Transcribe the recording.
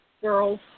girls